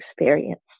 experience